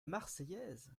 marseillaise